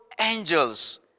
angels